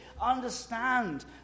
understand